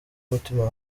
umutima